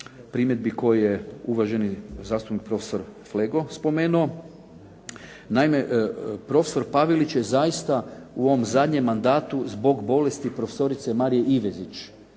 primjedbi koje je uvaženi zastupnik profesor Flego spomenuo. Naime, profesor Pavelić je zaista u ovom zadnjem mandatu zbog bolesti profesorice Marije Ivezić